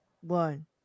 one